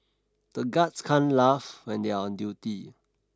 the guards can't laugh when they are on duty